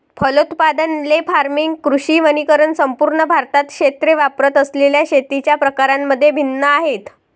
फलोत्पादन, ley farming, कृषी वनीकरण संपूर्ण भारतात क्षेत्रे वापरत असलेल्या शेतीच्या प्रकारांमध्ये भिन्न आहेत